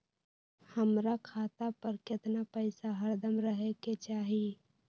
हमरा खाता पर केतना पैसा हरदम रहे के चाहि?